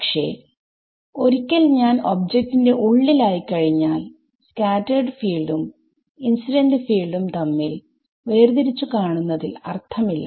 പക്ഷെ ഒരിക്കൽ ഞാൻ ഒബ്ജക്റ്റ് ന്റെ ഉള്ളിൽ ആയി കഴിഞ്ഞാൽ സ്കാറ്റെർഡ് ഫീൽഡും ഇൻസിഡന്റ് ഫീൽഡും തമ്മിൽ വേർതിരിച്ചു കാണുന്നതിൽ അർഥമില്ല